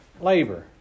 Labor